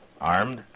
Armed